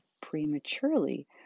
prematurely